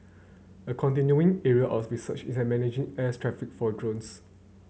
a continuing area of research is an managing airs traffic for drones